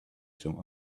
some